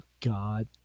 God